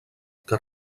que